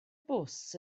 bws